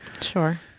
sure